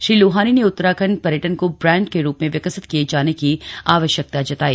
श्री लोहानी ने उत्तराखंड पर्यटन को ब्राण्ड के रूप में विकसित किए जाने की आवश्यकता जताई